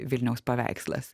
vilniaus paveikslas